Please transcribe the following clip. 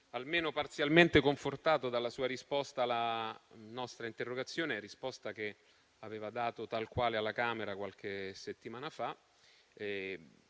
almeno parzialmente confortato dalla risposta alla nostra interrogazione, che ha dato tal quale alla Camera qualche settimana fa.